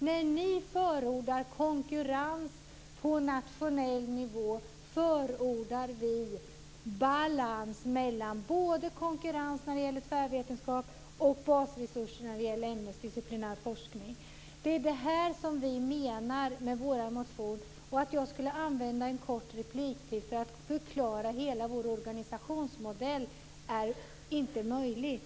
När ni förordar konkurrens på nationell nivå förordar vi balans mellan konkurrens när det gäller tvärvetenskap och basresurser när det gäller ämnesdisciplinär forskning, vilket skulle ge trygghet. Det är det vi menar med vår motion. Att använda en kort repliktid till att förklara hela vår organisationsmodell är inte möjligt.